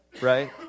right